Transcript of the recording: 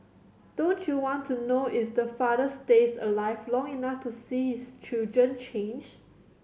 don't you want to know if the father stays alive long enough to see his children change